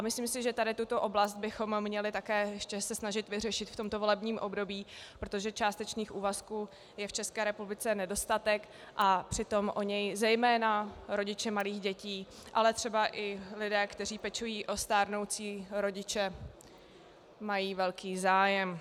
Myslím si, že tady tuto oblast bychom měli také ještě se snažit vyřešit v tomto volebním období, protože částečných úvazků je v České republice nedostatek a přitom o něj zejména rodiče malých dětí, ale třeba i lidé, kteří pečují o stárnoucí rodiče, mají velký zájem.